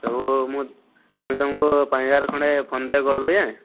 ସବୁ ମୁଁ ମୁଇଁ ତୁମକୁ ପାଞ୍ଚ ହଜାର ଖଣ୍ଡେ ଫୋନ ପେ କରି ଦେଉଛେଁ